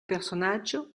personaggio